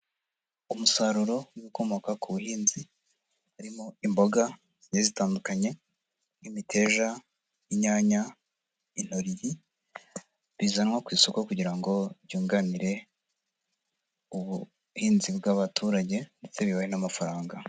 Umusaruro w'ibikomoka ku buhinzi harimo imboga zigiye zitandukanye nk'imiteja, inyanya, intoryi, bizanwa ku isoko kugira ngo byunganire ubuhinzi bw'abaturage ndetse bibahe n'amafaranga.